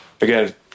again